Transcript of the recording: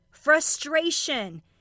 Frustration